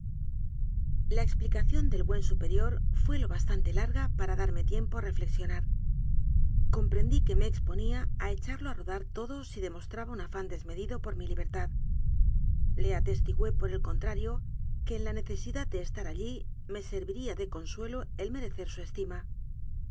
la explicación del buen superior fué lo bastante larga para darme tiempo a reflexionar comprendí que me exponía a echarlo a rodar todo si demos traba un afán desmedido por mi libertad le ates tigüé por el contrario que en la necesidad de es tar allí me serviría de consuelo el merecer su